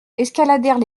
escaladèrent